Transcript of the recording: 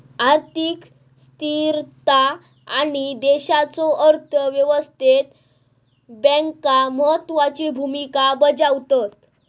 आर्थिक स्थिरता आणि देशाच्या अर्थ व्यवस्थेत बँका महत्त्वाची भूमिका बजावतत